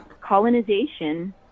colonization